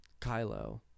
Kylo